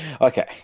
okay